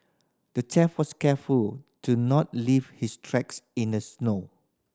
the thief was careful to not leave his tracks in the snow